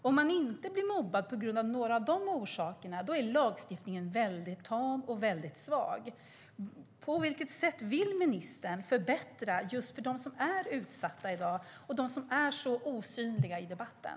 Om man inte blir mobbad på grund av några av dessa orsaker är lagstiftningen mycket tam och mycket svag. På vilket sätt vill ministern förbättra just för dem som är utsatta i dag och som är så osynliga i debatten?